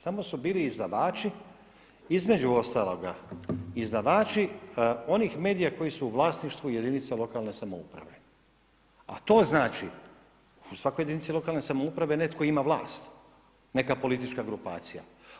Tamo su bili izdavači, između ostaloga, izdavači onih medija koji su u vlasništvu jedinica lokalne samouprave, a to znači da u svakoj lokalne samouprave netko ima vlast, neka politička grupacija.